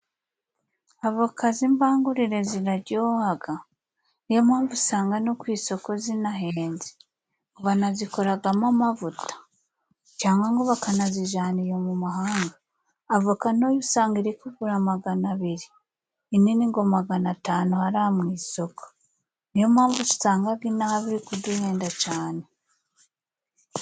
Avoka z'imbangurire zirajyohaga. Niyo mpamvu usanga no ku isoko zinahenze banazikoragamo amavuta cyangwa ngo bakanazijana iyo mu mahanga. Avoka ntoya usanga iri kugura magana biri，inini ngo magana tanu hariya mu isoko，niyo mpamvu dusangaga inaha biri kuduhenda cane.